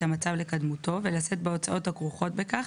המצב לקדמותו ולשאת בהוצאות הכרוכות בכך,